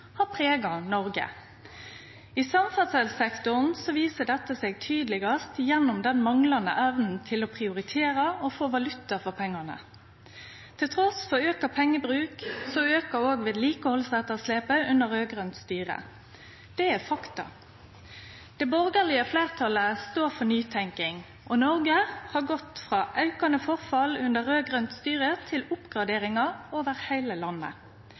har prega Noreg. I samferdselssektoren viser dette seg tydelegast gjennom den manglande evna til å prioritere og få valuta for pengane. Trass i auka pengebruk auka òg vedlikehaldsetterslepet under raud-grønt styre. Det er fakta. Det borgarlege fleirtalet står for nytenking, og Noreg har gått frå aukande forfall under raud-grønt styre til oppgraderingar over heile landet.